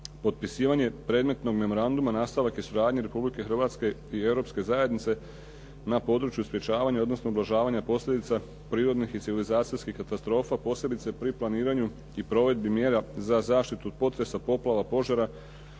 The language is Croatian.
Potpisivanje predmetnog memoranduma nastalog iz suradnje Republike Hrvatske i Europske zajednice na području sprječavanja, odnosno ublažavanja posljedica prirodnih i civilizacijskih katastrofa, posebice pri planiranju i provedbi mjera za zaštitu od potresa, poplava, požara,